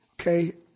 Okay